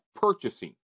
purchasing